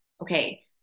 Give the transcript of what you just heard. okay